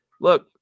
look